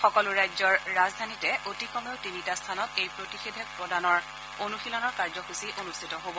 সকলো ৰাজ্যৰ ৰাজধানীতে অতি কমেও তিনিটা স্থানত এই প্ৰতিষেধক প্ৰদানৰ অনুশীলনৰ কাৰ্যসূচী অনুষ্ঠিত হব